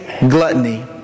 Gluttony